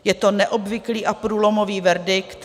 Je to neobvyklý a průlomový verdikt.